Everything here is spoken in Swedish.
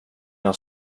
jag